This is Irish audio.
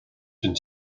den